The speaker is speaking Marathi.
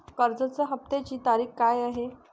कर्जाचा हफ्त्याची तारीख काय आहे?